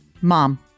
Mom